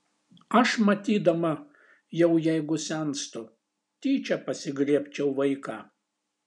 aš matydama jau jeigu senstu tyčia pasigriebčiau vaiką